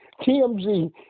TMZ